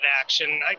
action